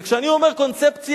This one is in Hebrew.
וכשאני אומר קונספציה,